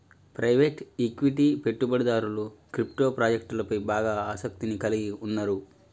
private equity పెట్టుబడిదారులు crypto ప్రాజెక్టులపై బాగా ఆసక్తిని కలిగి ఉన్నరు